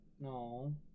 No